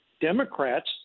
Democrats